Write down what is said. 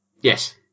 Yes